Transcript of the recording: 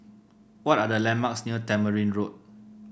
what are the landmarks near Tamarind Road